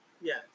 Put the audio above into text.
Yes